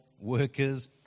workers